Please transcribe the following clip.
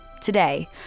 Today